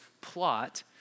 plot